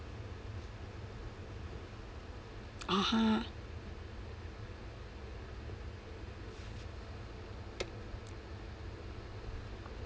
(uh huh)